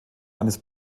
eines